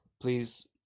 please